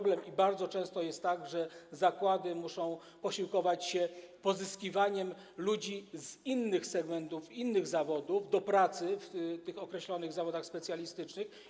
Bardzo często jest tak, że zakłady muszą posiłkować się pozyskiwaniem ludzi z innych segmentów, innych zawodów, do pracy w tych określonych zawodach specjalistycznych.